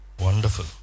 Wonderful